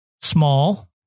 small